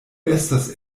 estas